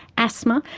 asthma,